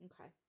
Okay